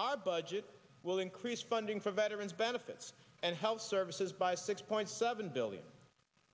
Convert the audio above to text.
our budget will increase funding for veterans benefits and health services by six point seven billion